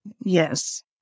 Yes